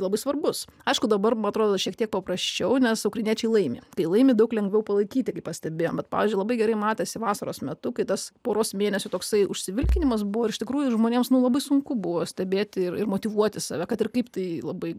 labai svarbus aišku dabar man atrodo šiek tiek paprasčiau nes ukrainiečiai laimi kai laimi daug lengviau palaikyti kai pastebėjom bet pavyzdžiui labai gerai matėsi vasaros metu kai tas poros mėnesių toksai užsivilkinimas buvo iš tikrųjų žmonėms nu labai sunku buvo stebėti ir ir motyvuoti save kad ir kaip tai labai